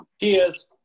Cheers